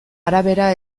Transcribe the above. arabera